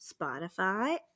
Spotify